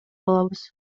алабыз